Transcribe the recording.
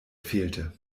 fehlte